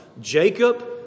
Jacob